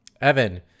Evan